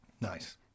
nice